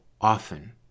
often